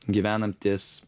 gyvenam ties